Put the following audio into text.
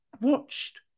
watched